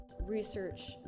Research